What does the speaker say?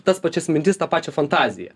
tas pačias mintis tą pačią fantaziją